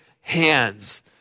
hands